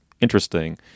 interesting